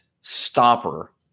stopper